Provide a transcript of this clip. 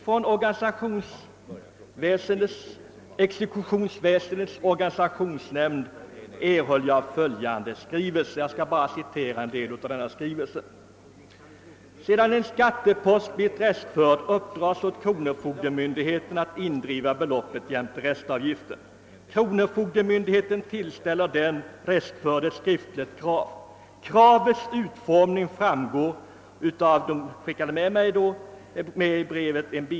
Från exekutionsväsendets organisationsnämnd erhöll jag följande skrivelse, ur vilken jag vill citera en del: »Sedan en skattepost blivit restförd, uppdras åt kronofogdemyndigheten att indriva beloppet jämte restavgift. Kronofogdemyndigheten tillställer den restförde ett skriftligt krav.